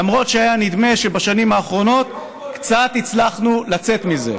למרות שהיה נדמה שבשנים האחרונות קצת הצלחנו לצאת מזה.